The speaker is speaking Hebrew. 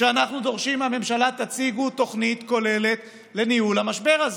כשאנחנו דורשים מהממשלה: תציגו תוכנית כוללת לניהול המשבר הזה,